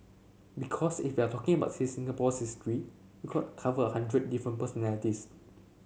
because if you're talking about Singapore's history you could cover a hundred different personalities